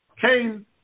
Cain